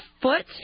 foot